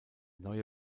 neue